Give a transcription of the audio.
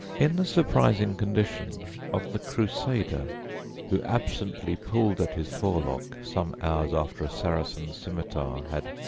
in the surprising condition of the crusader who absently pulled at his forelock some hours after a saracen scimitar had,